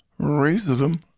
Racism